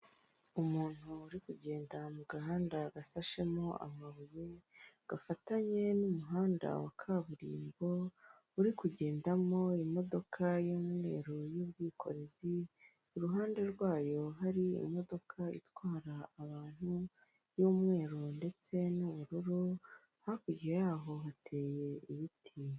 Umuntu uri kugenda mu gahanda gasashemo amabuye gafatanye n'umuhanda wa kaburimbo uri kugendamo imodoka y'umweru y'ubwikorezi, iruhande rwayo hari imodoka itwara abantu y'umweru ndetse n'ubururu, hakurya yaho hateye ibiti.